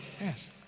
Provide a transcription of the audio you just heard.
Yes